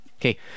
Okay